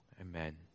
Amen